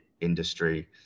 industry